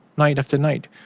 night after night,